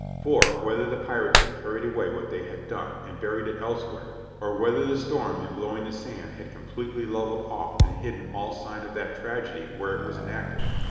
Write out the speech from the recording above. for, whether the pirates had carried away what they had done and buried it elsewhere, or whether the storm in blowing the sand had completely leveled off and hidden all sign of that tragedy where it was enacted,